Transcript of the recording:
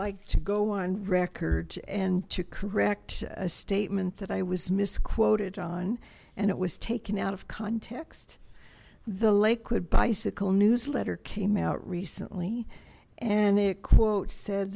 like to go on record and to correct a statement that i was misquoted on and it was taken out of context the lakewood bicycle newsletter came out recently and it quote said